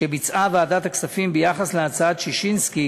שביצעה ועדת הכספים ביחס להצעת ששינסקי